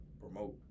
promote